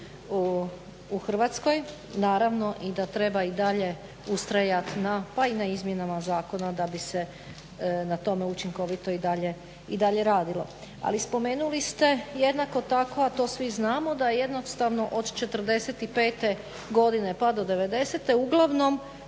u Hrvatskoj naravno i da treba i dalje ustrajat pa i na izmjenama zakona da bi se na tome učinkovito i dalje radilo. Ali spomenuli ste jednako tako, a to svi znamo da jednostavno od '45. godine pa do '90. uglavnom